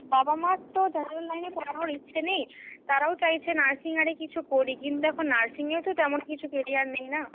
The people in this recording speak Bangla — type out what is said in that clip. বাবা মার তো জেনারেল লাইনে পড়ানোর ইচ্ছে নেই তারাও চাইছে নার্সিং আর এ কিছু করি কিন্তু এখন নার্সিংয়েও তো তেমন কিছু কেরিয়ার নেই না